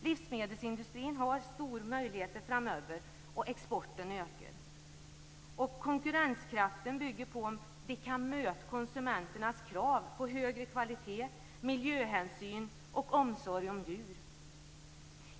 Livsmedelsindustrin har framöver stora möjligheter, och exporten ökar. Konkurrenskraften bygger på om man kan möta konsumenternas krav på högre kvalitet, miljöhänsyn och omsorg om djur.